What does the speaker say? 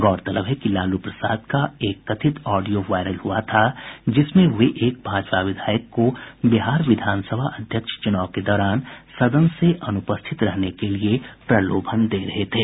गौरतलब है कि लालू प्रसाद का एक कथित ऑडियो वायरल हुआ था जिसमें वे एक भाजपा विधायक को बिहार विधानसभा अध्यक्ष चुनाव के दौरान सदन से अनुपस्थित रहने के लिए प्रलोभन दे रहे थे